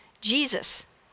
Jesus